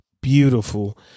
Beautiful